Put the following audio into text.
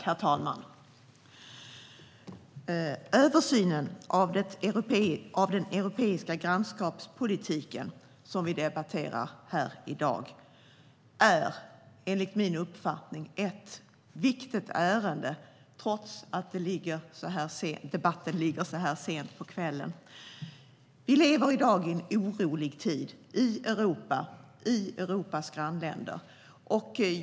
Herr talman! Översynen av den europeiska grannskapspolitiken som vi debatterar här i dag är enligt min uppfattning ett viktigt ärende trots att debatten ligger så här sent på kvällen. Vi lever i en orolig tid i Europa och i Europas grannländer.